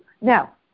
Now